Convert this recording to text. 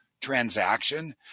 transaction